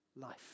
life